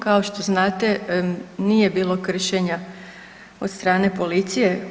Kao što znate nije bilo kršenja od strane policije.